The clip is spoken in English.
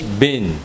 bin